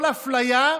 כל אפליה,